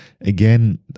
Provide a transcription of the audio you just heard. again